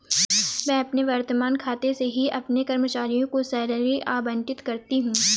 मैं अपने वर्तमान खाते से ही अपने कर्मचारियों को सैलरी आबंटित करती हूँ